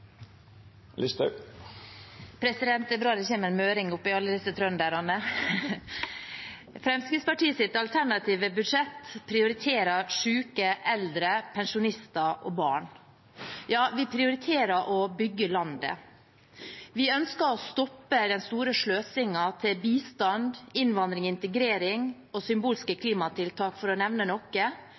en møring blant alle disse trønderne. Fremskrittspartiets alternative budsjett prioriterer syke, eldre, pensjonister og barn. Ja, vi prioriterer å bygge landet. Vi ønsker, for å nevne noe, å stoppe den store sløsingen til bistand, innvandring, integrering og symbolske klimatiltak som pynter på det norske klimaregnskapet, men som ikke har noe